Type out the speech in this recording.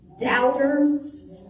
doubters